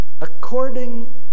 according